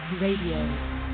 Radio